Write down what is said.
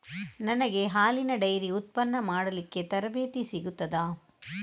ನನಗೆ ಹಾಲಿನ ಡೈರಿ ಉತ್ಪನ್ನ ಮಾಡಲಿಕ್ಕೆ ತರಬೇತಿ ಸಿಗುತ್ತದಾ?